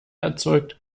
erzeugt